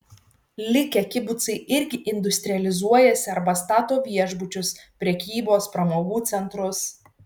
likę kibucai irgi industrializuojasi arba stato viešbučius prekybos pramogų centrus